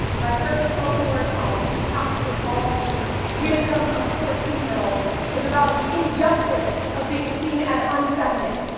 my first spoken-word poem, packed with all the wisdom of a fourteen year old, was about the injustice of being seen as unfeminine.